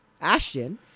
Ashton